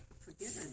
Forgiven